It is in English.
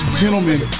gentlemen